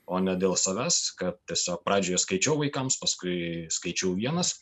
o ne dėl savęs kad tiesiog pradžioj jas skaičiau vaikams paskui skaičiau vienas